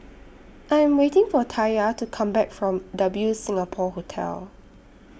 I Am waiting For Taya to Come Back from W Singapore Hotel